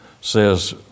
says